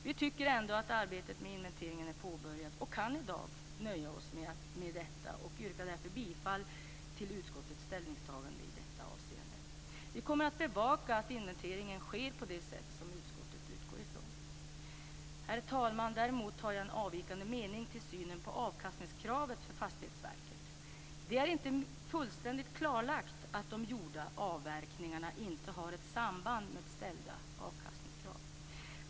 Vi tycker ändå att arbetet med inventeringen är påbörjad och kan i dag nöja oss med detta och yrkar därför bifall till utskottets ställningstagande i detta avseende. Vi kommer att bevaka att inventeringen sker på det sätt som utskottet utgår ifrån. Herr talman! Däremot har jag en avvikande mening när det gäller synen på avkastningskravet för Fastighetsverket. Det är inte fullständigt klarlagt att de gjorda avverkningarna inte har ett samband med ställda avkastningskrav.